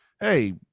hey